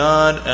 God